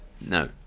No